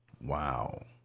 Wow